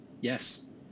yes